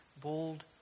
bold